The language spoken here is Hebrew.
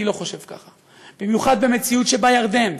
אני לא חושב ככה, במיוחד במציאות שבה ירדן,